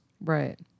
Right